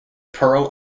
pearl